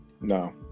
No